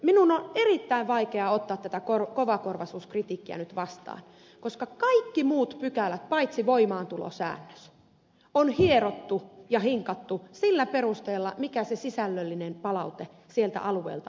minun on erittäin vaikea ottaa tätä kovakorvaisuuskritiikkiä nyt vastaan koska kaikki muut pykälät paitsi voimaantulosäännös on hierottu ja hinkattu sillä perusteella mikä se sisällöllinen palaute sieltä alueelta on tullut